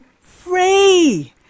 free